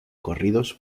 corridos